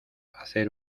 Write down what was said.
hacer